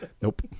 Nope